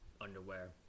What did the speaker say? Underwear